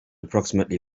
approximately